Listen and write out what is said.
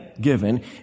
given